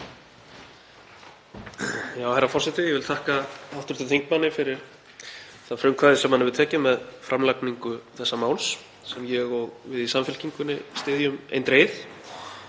Herra forseti. Ég þakka hv. þingmanni fyrir það frumkvæði sem hann hefur tekið með framlagningu þessa máls sem ég og við í Samfylkingunni styðjum eindregið.